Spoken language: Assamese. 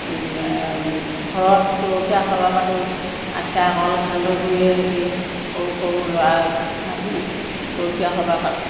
ঘৰত গৰখীয়া সভা পাতোঁ আঠীয়া কল সান্দহগুৰিয়ে হেতি সৰু সৰু ল'ৰা মাতি গৰখীয়া সবাহ পাতোঁ